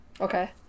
Okay